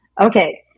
Okay